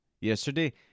Yesterday